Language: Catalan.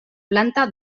planta